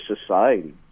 society